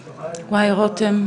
וואי, רותם.